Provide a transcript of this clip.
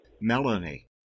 Melanie